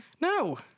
No